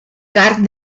carn